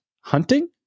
Hunting